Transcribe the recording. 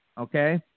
okay